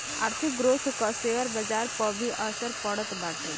आर्थिक ग्रोथ कअ शेयर बाजार पअ भी असर पड़त बाटे